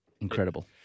incredible